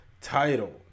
title